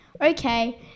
Okay